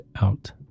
out